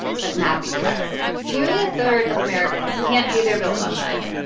but not the u s nearly a third of americans can't pay their bills on time.